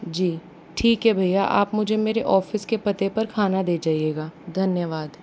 जी ठीक है भय्या आप मुझे मेरे ऑफिस के पते पर खाना दे जाइएगा धन्यवाद